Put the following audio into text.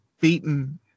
beaten